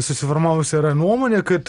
susiformavusi yra nuomonė kad